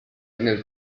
nel